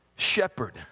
Shepherd